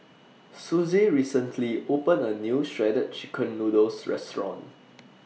Sussie recently opened A New Shredded Chicken Noodles Restaurant